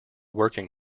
working